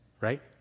right